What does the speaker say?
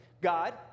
God